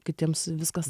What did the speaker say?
kitiems viskas